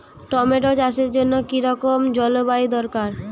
Tomato চাষের জন্য কি রকম জলবায়ু দরকার?